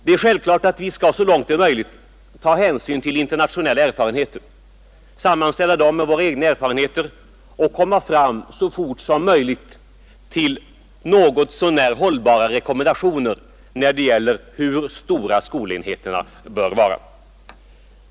Det är självklart att vi så långt det är möjligt skall ta hänsyn till internationella erfarenheter, sammanställa dem med våra egna erfarenheter och så fort som möjligt komma fram till något så när hållbara rekommendationer när det gäller hur stora skolenheterna bör vara.